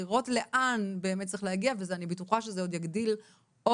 לראות לאן באמת צריך להגיע וזה אני בטוחה שזה עוד יגדיל עוד